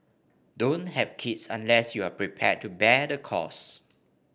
don't have kids unless you are prepared to bear the costs